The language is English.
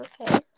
Okay